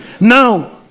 Now